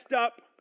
up